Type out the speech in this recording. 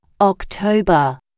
October